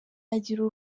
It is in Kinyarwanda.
agira